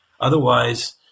Otherwise